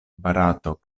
barato